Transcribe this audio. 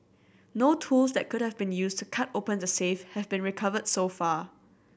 no tools that could have been used to cut open the safe have been recovered so far